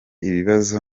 ibibazo